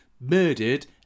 murdered